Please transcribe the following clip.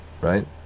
right